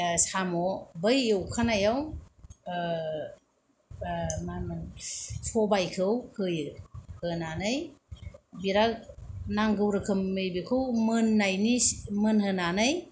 साम' बै एवखानायाव मा होनो सबायखौ होयो होनानै बिराट नांगौ रोखोम नैबेखौ मोननायनि सि मोनहोनानै